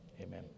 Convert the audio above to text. amen